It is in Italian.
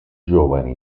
giovane